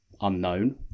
unknown